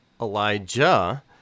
Elijah